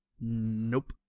Nope